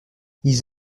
ils